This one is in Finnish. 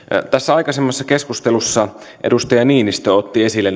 aikaisemmassa keskustelussa edustaja niinistö otti esille